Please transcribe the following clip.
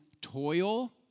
toil